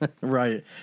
Right